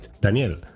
Daniel